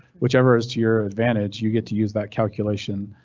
whichever is to your advantage, you get to use that calculation,